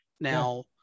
now